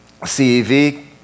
CEV